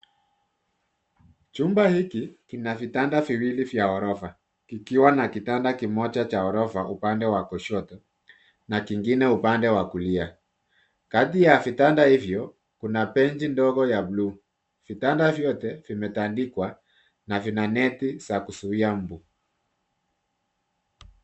Chumba hiki kina vitanda viwili vya ghorofa, kikiwa na kitanda kimoja cha ghorofa upande wa kushoto, na kingine upande wa kulia. Kati ya vitanda hivyo, kuna benji ndogo ya blue . Vitanda vyote vimetandikwa na vina neti za kuzuia mbu.